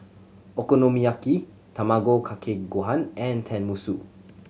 Okonomiyaki Tamago Kake Gohan and Tenmusu